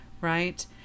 right